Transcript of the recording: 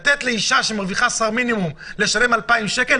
לתת לאישה שמרוויחה שכר מינימום לשלם קנס של 2,000 שקל?